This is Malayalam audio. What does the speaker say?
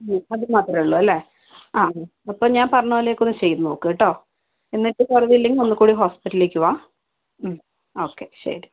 അത് മാത്രമേ ഉള്ളൂ അല്ലേ ആ അപ്പം ഞാൻ പറഞ്ഞതുപോലെ ഒക്കെ ഒന്ന് ചെയ്തു നോക്ക് കേട്ടോ എന്നിട്ടും കുറവില്ലെങ്കിൽ ഒന്നുകൂടി ഹോസ്പിറ്റലിലേക്ക് വാ ഓക്കെ ശരി